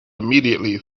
immediately